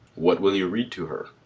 what will you read to her?